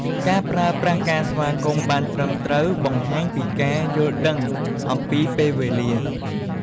ការប្រើប្រាស់ការស្វាគមន៍ បានត្រឹមត្រូវ បង្ហាញពីការយល់ដឹងអំពីពេលវេលា។